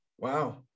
Wow